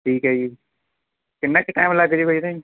ਠੀਕ ਹੈ ਜੀ ਕਿੰਨਾ ਕੁ ਟੈਮ ਲੱਗ ਜੂਗਾ ਇਹਦਾ ਜੀ